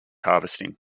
harvesting